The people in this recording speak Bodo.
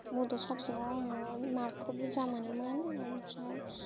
बड' साबजेक्टआव आङो मार्कखौ बुरजा मोनोमोन ओमफ्राइ